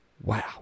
Wow